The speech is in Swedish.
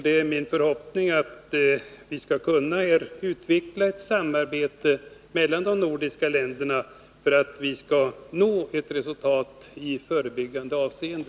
Det är min förhoppning att vi skall kunna utveckla ett samarbete mellan de nordiska länderna för att vi skall nå ett resultat i förebyggande avseende.